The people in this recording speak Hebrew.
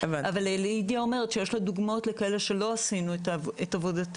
אבל לידיה אומרת שיש לה דוגמאות לכאלה שלא עשינו את עבודתנו,